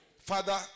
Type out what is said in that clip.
Father